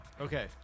Okay